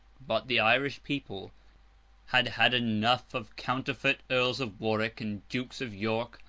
but, the irish people had had enough of counterfeit earls of warwick and dukes of york,